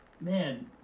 man